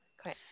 Okay